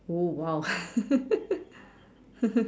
oh !wow!